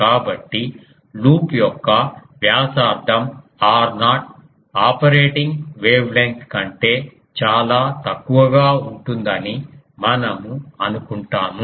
కాబట్టి లూప్ యొక్క వ్యాసార్థం r0 ఆపరేటింగ్ వేవ్ లెంత్ కంటే చాలా తక్కువగా ఉంటుందని మనము అనుకుంటాము